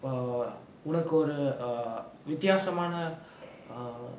well உனக்கொரு:unakkoru err வித்யாசமான:vithyaasamaana err